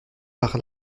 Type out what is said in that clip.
par